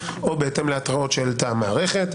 או בהתאם להתראות שהעלתה המערכת,